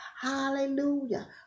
Hallelujah